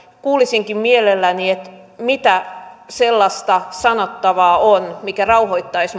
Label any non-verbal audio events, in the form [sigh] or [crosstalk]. kuulisinkin mielelläni mitä sellaista sanottavaa on mikä rauhoittaisi [unintelligible]